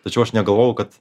tačiau aš negalvojau kad